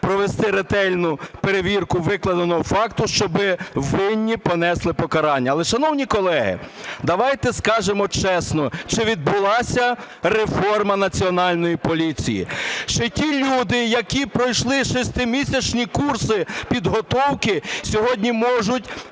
провести ретельну перевірку викладеного факту, щоби винні понесли покарання. Але, шановні колеги, давайте скажемо чесно, чи відбулася реформа Національної поліції, чи ті люди, які пройшли 6-місячні курси підготовки, сьогодні можуть